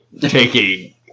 taking